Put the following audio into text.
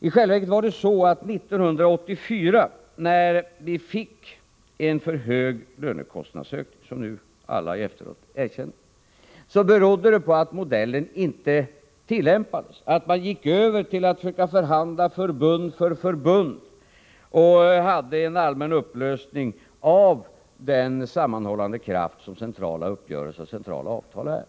I själva verket var det så att 1984, när vi fick en för hög lönekostnadsökning — något som alla nu efteråt erkänner — berodde det på att modellen inte tillämpades, man gick över till att söka förhandla förbund för förbund och det skedde en allmän upplösning av den sammanhållande kraft som centrala uppgörelser och centrala avtal är.